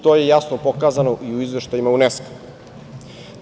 To je jasno pokazano i u izveštajima UNESKO-a.